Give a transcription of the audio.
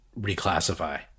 reclassify